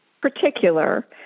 particular